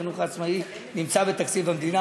החינוך העצמאי נמצא בתקציב המדינה,